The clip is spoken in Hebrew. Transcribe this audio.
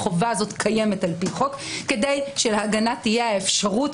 החובה הזו קיימת על פי חוק כדי שלהגנה תהיה האפשרות